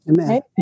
amen